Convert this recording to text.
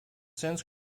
since